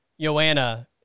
Joanna